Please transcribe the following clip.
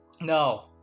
No